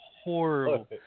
horrible